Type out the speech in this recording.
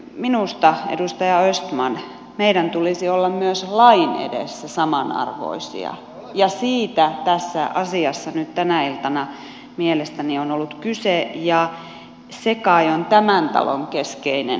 minusta edustaja östman meidän tulisi olla myös lain edessä samanarvoisia ja siitä tässä asiassa nyt tänä iltana mielestäni on ollut kyse ja se kai on tämän talon keskeinen työsarka